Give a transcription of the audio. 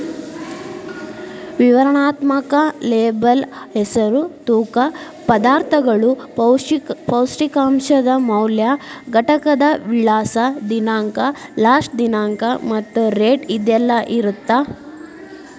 ವಿವರಣಾತ್ಮಕ ಲೇಬಲ್ ಹೆಸರು ತೂಕ ಪದಾರ್ಥಗಳು ಪೌಷ್ಟಿಕಾಂಶದ ಮೌಲ್ಯ ಘಟಕದ ವಿಳಾಸ ದಿನಾಂಕ ಲಾಸ್ಟ ದಿನಾಂಕ ಮತ್ತ ರೇಟ್ ಇದೆಲ್ಲಾ ಇರತ್ತ